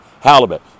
halibut